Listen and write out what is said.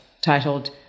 titled